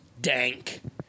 Dank